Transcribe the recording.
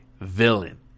villain